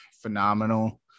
phenomenal